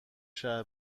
شهر